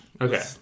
Okay